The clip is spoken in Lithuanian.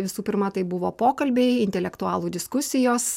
visų pirma tai buvo pokalbiai intelektualų diskusijos